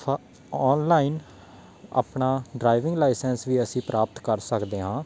ਫ ਔਨਲਾਈਨ ਆਪਣਾ driving licence ਵੀ ਅਸੀਂ ਪ੍ਰਾਪਤ ਕਰ ਸਕਦੇ ਹਾਂ